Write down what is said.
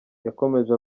yakomeje